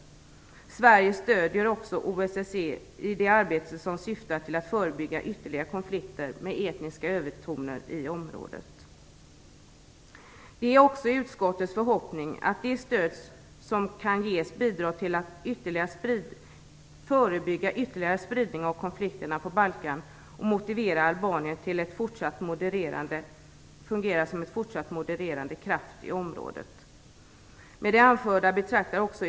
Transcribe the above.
Sverige stödjer också OSSE i det arbete som syftar till att förebygga ytterligare konflikter med etniska övertoner i området. Det är också utskottets förhoppning att det stöd som ges kan förebygga ytterligare spridning av konflikterna på Balkan och motivera Albanien till att fungera som en fortsatt modererande kraft i området.